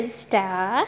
star